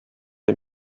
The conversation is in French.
les